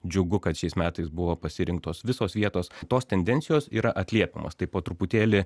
džiugu kad šiais metais buvo pasirinktos visos vietos tos tendencijos yra atliepiamos tai po truputėlį